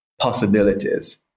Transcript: possibilities